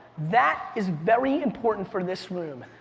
that is very important for this room.